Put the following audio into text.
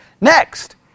Next